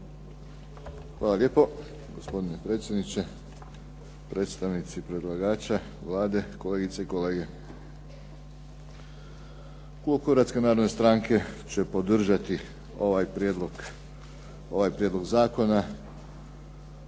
Hvala lijepo. Gospodine predsjedniče, predstavnici predlagača, Vlade, kolegice i kolege. Klub Hrvatske narodne stranke će podržati ovaj prijedlog zakona.